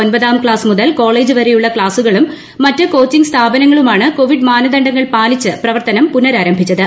ഒൻപതാം ക്ളാസ് മുതൽ കോളേജ് വരെയുള്ള ക്ളാസ്സുകളും മറ്റ് കോച്ചിങ് സ്ഥാപനങ്ങളുമാണ് കോവിഡ് മാനദണ്ഡങ്ങൾ പാലിച്ച് പ്രവർത്തനം പുനഃരാരംഭിച്ചത്